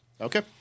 Okay